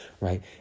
right